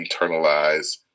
internalize